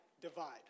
divide